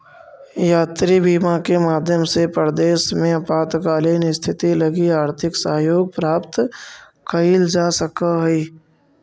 यात्री बीमा के माध्यम से परदेस में आपातकालीन स्थिति लगी आर्थिक सहयोग प्राप्त कैइल जा सकऽ हई